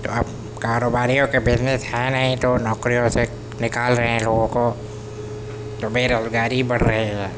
تو اب کاروباریوں کے بزنس ہیں نہیں تو نوکریوں سے نکال رہے ہیں لوگوں کو تو بے روزگاری بڑھ رہی ہے